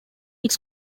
its